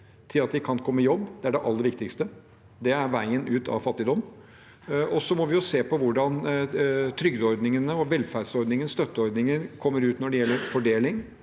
slik at de kan komme i jobb. Det er det aller viktigste. Det er veien ut av fattigdom. Så må vi se på hvordan trygdeordningene og velferdsordningene, støtteordningene, kommer ut når det gjelder fordeling,